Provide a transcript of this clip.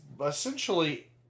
essentially